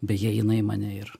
beje jinai mane ir